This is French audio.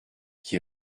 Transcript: qui